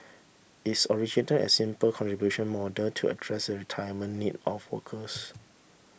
its originated as simple contribution model to address the retirement need of workers